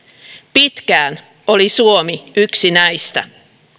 pitkään oli suomi yksi näistä